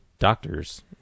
Doctors